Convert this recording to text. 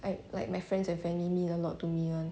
I like my friends and family mean a lot to me [one]